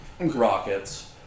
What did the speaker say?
rockets